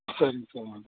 சரிங்க சார்